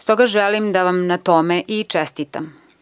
Stoga želim da vam na tome i čestitam.